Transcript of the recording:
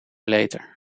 later